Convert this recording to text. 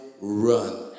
run